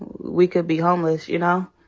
we could be homeless, you know?